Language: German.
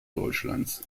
deutschlands